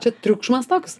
čia triukšmas toks